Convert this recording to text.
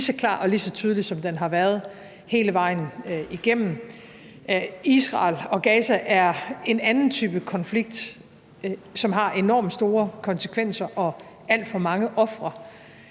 lige så klar og lige så tydelig, som den har været hele vejen igennem. Israel og Gaza er en anden type konflikt, som har enormt store konsekvenser og alt for mange ofre,